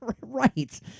right